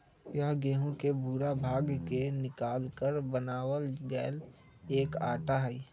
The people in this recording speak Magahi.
यह गेहूं के भूरा भाग के निकालकर बनावल गैल एक आटा हई